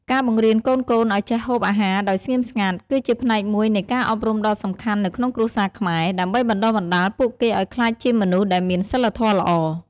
ការបង្រៀនកូនៗឱ្យចេះហូបអាហារដោយស្ងៀមស្ងាត់ គឺជាផ្នែកមួយនៃការអប់រំដ៏សំខាន់នៅក្នុងគ្រួសារខ្មែរ ដើម្បីបណ្តុះបណ្តាលពួកគេឱ្យក្លាយជាមនុស្សដែលមានសីលធម៌ល្អ។